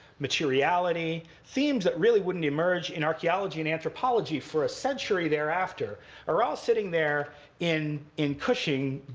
materiality. themes that really wouldn't emerge in archaeology and anthropology for a century thereafter are all sitting there in in cushing,